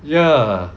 ya